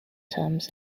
terms